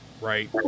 Right